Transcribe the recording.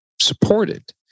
supported